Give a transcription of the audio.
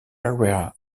area